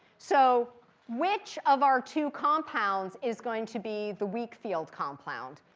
so which of our two compounds is going to be the weak field compound?